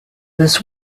this